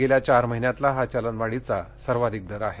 गेल्या चार महिन्यातला हा चलनवाढीचा सर्वाधिक दर आहे